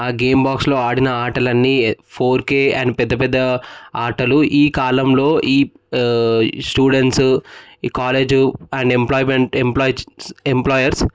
ఆ గేమ్ బాక్స్లో ఆడిన ఆటలు అన్నీ ఫోర్ కే అండ్ పెద్దపెద్ద ఆటలు ఈ కాలంలో ఈ స్టూడెంట్స్ ఈ college and employment employ employers